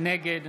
נגד